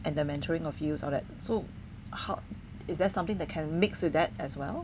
and the mentoring of youths all that so how is there something that can mix with that as well